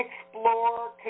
explore